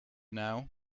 now